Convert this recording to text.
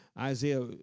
Isaiah